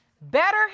Better